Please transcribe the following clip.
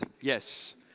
Yes